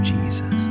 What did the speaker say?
Jesus